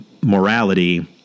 morality